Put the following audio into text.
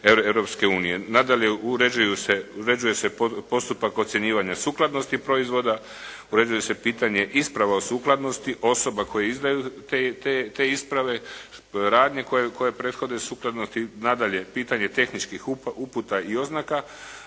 uređuje se postupak ocjenjivanja sukladnosti proizvoda. Uređuje se pitanje isprava o sukladnosti osoba koje izdaju te isprave, radnje koje prethode sukladno. Nadalje, pitanje tehničkih uputa i oznaka,